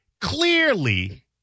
clearly